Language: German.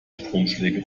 stromschläge